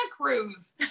cruise